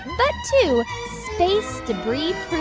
but two space-debris-proof,